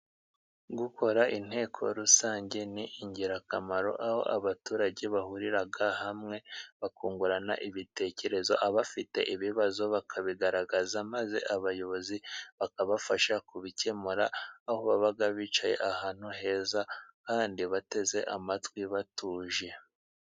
Gukora inteko rusange ni ingirakamaro, aho abaturage bahurira hamwe bakungurana ibitekerezo, abafite ibibazo bakabigaragaza maze abayobozi bakabafasha kubikemura, aho baba bicaye ahantu heza kandi bateze amatwi batuje.